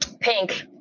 pink